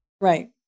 Right